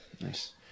Nice